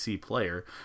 player